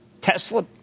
Tesla